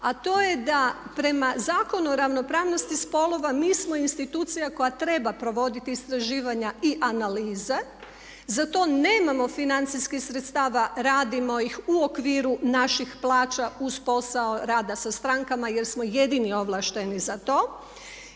a to je da prema Zakonu o ravnopravnosti spolova mi smo institucija koja treba provoditi istraživanja i analize. Za to nemamo financijskih sredstava, radimo ih u okviru naših plaća uz posao rada sa strankama jer smo jedini ovlašteni za to.